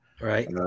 Right